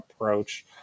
approach